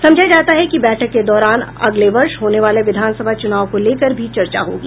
समझा जाता है कि बैठक के दौरान अगले वर्ष होने वाले विधानसभा चुनाव को लेकर भी चर्चा होगी